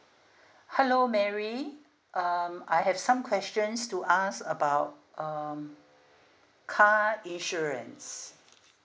hello mary um I have some questions to ask about um car insurance